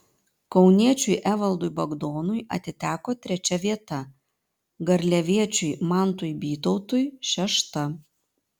kauniečiui evaldui bagdonui atiteko trečia vieta garliaviečiui mantui bytautui šešta